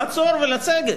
לעצור ולסגת.